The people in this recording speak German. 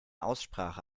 aussprache